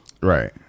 Right